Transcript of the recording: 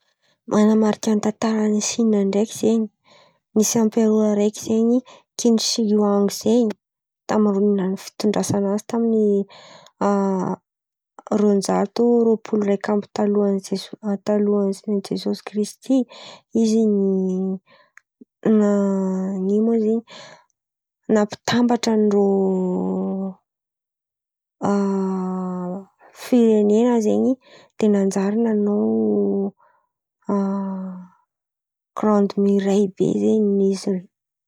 Ten̈a azoko ono zen̈y amy tantarandreô sin̈y aby ô. Misy riba maventy be zey namboarindreô natôndrô miaramila aby io zen̈y raha io namboarin̈y. Avy ô nampody namboariny koa tanatiny fotônany sekla maromaro feky nanaovana izy. Tsy vita nalaky zey ten̈a zoko onono tamy tantarandreo. Avy eo amizey anabo zen̈y raha izen̈y amy kilômetra maro koa halavasany raha io.